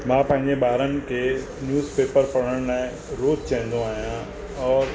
मां पंहिंजे ॿारनि खे न्यूज़ पेपर पढ़ण लाइ रोज़ु चवंदो आहियां और